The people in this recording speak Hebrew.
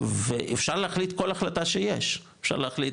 ואפשר להחליט כל החלטה שיש, אפשר להחליט,